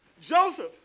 Joseph